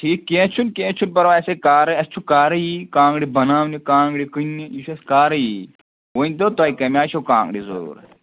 ٹھیٖک کیٚنٛہہ چھُنہٕ کیٚنٛہہ چھُنہٕ پَرواے اَسے کارَے اَسہِ چھُ کارٕے ییی کانٛگٕرِ بَناونہِ کانٛگٕرِ کٕننہِ یہِ چھُ اَسہِ کارٕے ییی ؤنۍتو تۄہہِ کَمہِ آے چھَو کانٛگٕرِ ضروٗرَت